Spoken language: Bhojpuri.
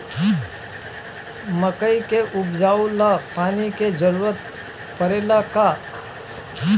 मकई के उपजाव ला पानी के जरूरत परेला का?